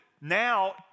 Now